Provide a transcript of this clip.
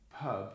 pub